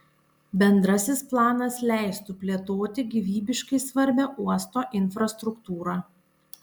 bendrasis planas leistų plėtoti gyvybiškai svarbią uosto infrastruktūrą